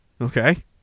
Okay